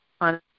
on